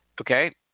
Okay